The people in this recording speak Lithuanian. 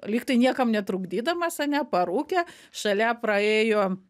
lyg tai niekam netrukdydamas ane parūkė šalia praėjo